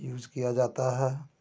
use किया जाता है